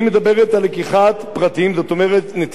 זאת אומרת נטילת אמצעי זיהוי ממסתננים.